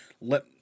let